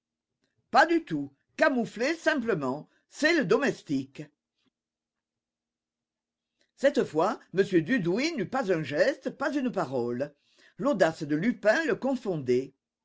pas du tout camouflé simplement c'est le domestique cette fois m dudouis n'eut pas un geste pas une parole l'audace de lupin le confondait